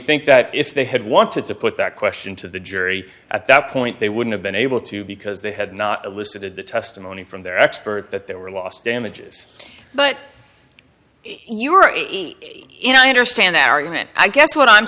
think that if they had wanted to put that question to the jury at that point they wouldn't have been able to because they had not listed the testimony from their expert that they were lost damages but you're in i understand the argument i guess what i'm